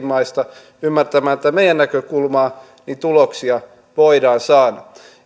maista ymmärtämään meidän näkökulmaamme niin tuloksia voidaan saada